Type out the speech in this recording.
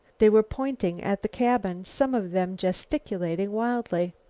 they were pointing at the cabin, some of them gesticulating wildly.